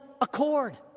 accord